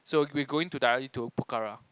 so we going to directly to Pokhara